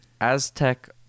Aztec